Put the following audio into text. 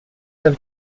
have